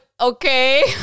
okay